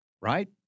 Right